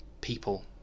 people